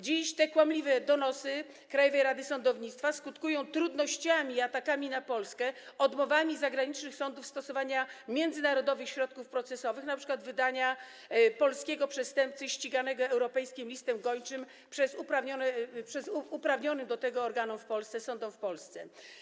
Dziś te kłamliwe donosy Krajowej Rady Sądownictwa skutkują trudnościami i atakami na Polskę, odmowami ze strony zagranicznych sądów stosowania międzynarodowych środków procesowych, np. odmowa wydania polskiego przestępcy ściganego europejskim listem gończym uprawnionym do tego organom w Polsce, sądom w Polsce.